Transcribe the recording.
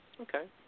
Okay